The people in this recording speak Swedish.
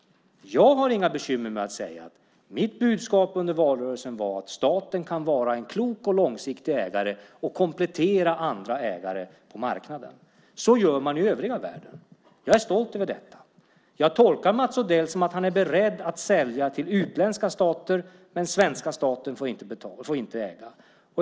Jag har inga bekymmer att säga att mitt budskap under valrörelsen var att staten kan vara en klok och långsiktig ägare och komplettera andra ägare på marknaden. Så gör man i övriga världen. Jag är stolt över detta. Jag tolkar Mats Odell som att han är beredd att sälja till utländska stater men att svenska staten inte får äga.